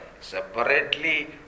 separately